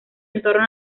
entorno